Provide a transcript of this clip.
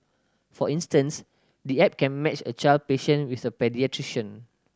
for instance the app can match a child patient with a paediatrician